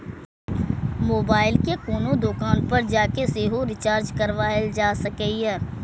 mobile कें कोनो दोकान पर जाके सेहो रिचार्ज कराएल जा सकैए